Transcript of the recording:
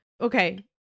Okay